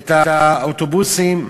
את האוטובוסים,